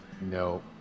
No